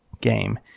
game